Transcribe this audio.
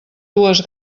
dues